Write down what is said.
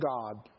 God